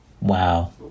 wow